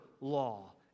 Law